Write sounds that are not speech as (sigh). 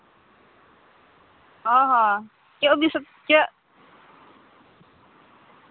ᱚ ᱦᱚᱸ ᱪᱮᱫ (unintelligible) ᱪᱮᱫ